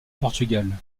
portugal